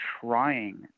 trying